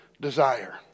desire